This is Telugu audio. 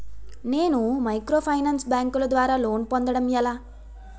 నేను మైక్రోఫైనాన్స్ బ్యాంకుల ద్వారా లోన్ పొందడం ఎలా?